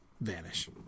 vanish